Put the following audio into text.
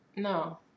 No